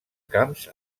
camps